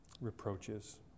Reproaches